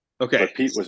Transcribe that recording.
Okay